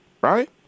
right